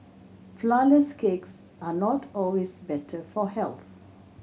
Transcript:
flourless cakes are not always better for health